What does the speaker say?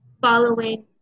following